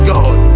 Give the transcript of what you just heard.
God